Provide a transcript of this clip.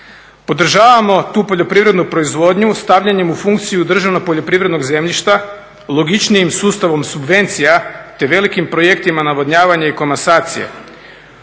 Podržavamo tu poljoprivrednu proizvodnju stavljanjem u funkciju državnog poljoprivrednog zemljišta logičnijim sustavom subvencija, te velikim projektima navodnjavanja i komasacije.